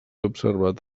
observat